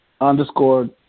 underscore